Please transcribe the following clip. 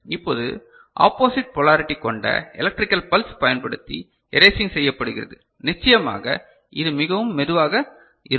இப்போது opposite polarity கொண்ட electrical pulse பயன்படுத்தி எரேசிங் செய்யப்படுகிறது நிச்சயமாக இது மிகவும் மெதுவாக இருக்கும்